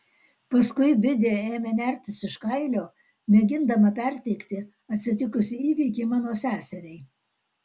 paskui bidė ėmė nertis iš kailio mėgindama perteikti atsitikusį įvykį mano seseriai